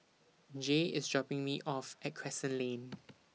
Jay IS dropping Me off At Crescent Lane